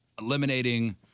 eliminating